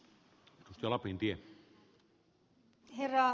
herra puhemies